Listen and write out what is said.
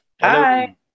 Hi